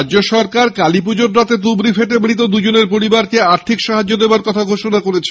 রাজ্য সরকার কালীপুজোর রাতে তুবড়ি ফেটে মৃত দুজনের পরিবারকে আর্থিক সাহায্য দেওয়ার কথা ঘোষনা করেছে